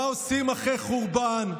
מה עושים אחרי חורבן?